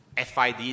FID